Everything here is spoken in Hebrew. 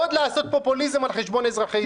לעשות עוד פופוליזם על חשבון אזרחי ישראל.